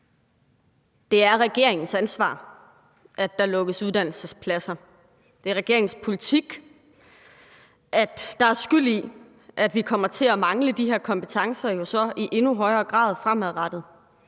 Det er regeringens ansvar, at der lukkes uddannelsespladser. Det er jo regeringens politik, der er skyld i, at vi så kommer til at mangle de her kompetencer i endnu højere grad fremadrettet.